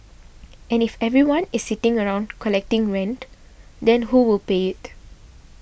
and if everyone is sitting around collecting rent then who will pay it